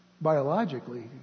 biologically